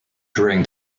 during